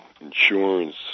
insurance